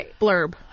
blurb